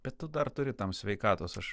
bet tu dar turi tam sveikatos aš